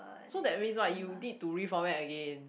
so that means what you need to reformat again